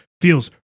feels